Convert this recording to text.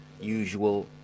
usual